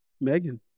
Megan